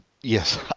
Yes